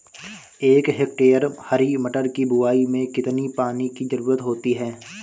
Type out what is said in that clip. एक हेक्टेयर हरी मटर की बुवाई में कितनी पानी की ज़रुरत होती है?